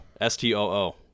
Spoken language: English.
S-T-O-O